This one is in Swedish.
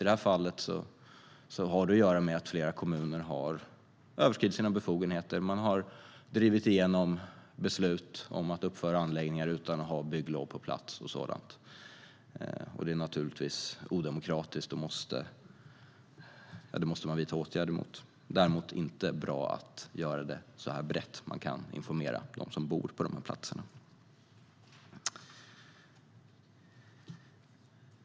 I detta fall hade det att göra med att flera kommuner överskridit sina befogenheter och drivit igenom beslut att uppföra anläggningar utan att ha bygglov och sådant på plats. Det är odemokratiskt, och sådant måste det vidtas åtgärder mot. Men det är inte bra att göra det så brett, utan man kan informera dem som bor på dessa platser.